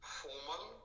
formal